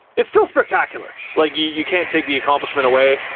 it's still spectacular. like, you you can't take the accomplishment away.